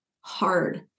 hard